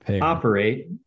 operate